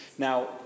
Now